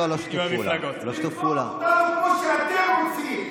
הגיע הזמן שתלמדו מעבאס.